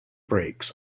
brakes